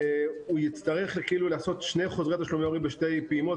שהוא יצטרך לעשות שני חוזרי תשלומי הורים בשתי פעימות,